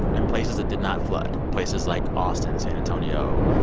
in places that did not flood places like austin, san antonio,